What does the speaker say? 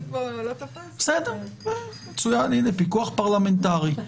מצוין, הנה, פיקוח פרלמנטרי.